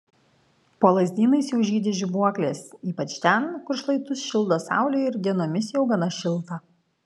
po lazdynais jau žydi žibuoklės ypač ten kur šlaitus šildo saulė ir dienomis jau gana šilta